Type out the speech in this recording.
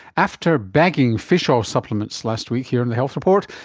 after bagging fish oil supplements last week here in the health report,